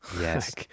Yes